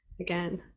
again